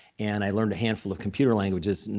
and i learned a handful of computer languages,